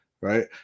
right